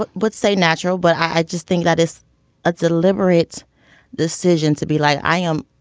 but would say natural but i just think that is a deliberate decision to be like i am